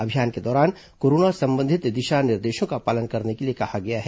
अभियान के दौरान कोरोना संबंधित दिशा निर्देशों का पालन करने के लिए कहा गया है